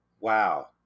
Wow